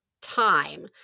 time